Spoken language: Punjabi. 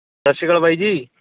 ਸਤਿ ਸ਼੍ਰੀ ਅਕਾਲ ਬਾਈ ਜੀ